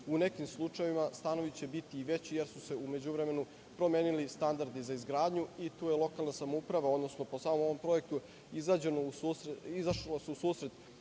U nekim slučajevima stanovi će biti i veći, jer su se u međuvremenu promenili standardi za izgradnju i tu je lokalna samouprava, odnosno po samom ovom projektu izašlo se u susret